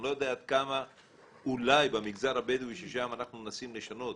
אני לא יודע עד כמה זה יהיה אולי במגזר הבדואי שם אנחנו מנסים לשנות,